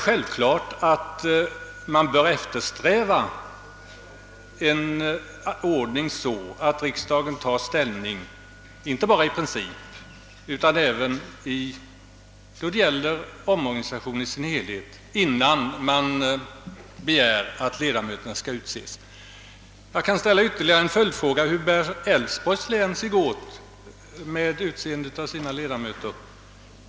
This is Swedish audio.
Självfallet bör en sådan ordning eftersträvas, att riksdagen tar ställning inte bara i princip utan även då det gäller omorganisationen i dess helhet, innan det begärs att ledamöterna skall utses. Och låt mig ställa en följdfråga: Hur bär man sig åt i Älvsborgs län vid utseende av ledamöter?